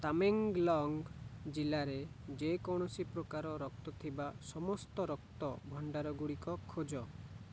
ତାମେଙ୍ଗଲଙ୍ଗ ଜିଲ୍ଲାରେ ଯେ କୌଣସି ପ୍ରକାର ରକ୍ତ ଥିବା ସମସ୍ତ ରକ୍ତଭଣ୍ଡାର ଗୁଡ଼ିକ ଖୋଜ